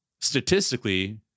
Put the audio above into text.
Statistically